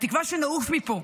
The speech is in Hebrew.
התקווה שנעוף מפה,